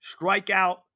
strikeout